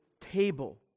table